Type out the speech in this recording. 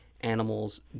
animals